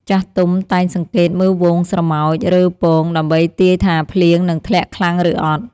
ចាស់ទុំតែងសង្កេតមើលហ្វូងស្រមោចរើពងដើម្បីទាយថាភ្លៀងនឹងធ្លាក់ខ្លាំងឬអត់។